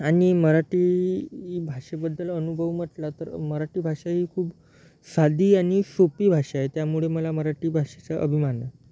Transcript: आणि मराठी भाषेबद्दल अनुभव म्हटलं तर मराठी भाषा ही खूप साधी आणि सोपी भाषा आहे त्यामुळे मला मराठी भाषेचा अभिमान आहे